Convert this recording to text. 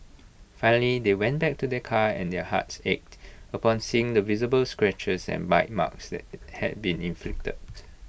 finally they went back to their car and their hearts ached upon seeing the visible scratches and bite marks that had been inflicted